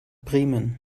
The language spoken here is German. bremen